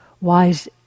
wise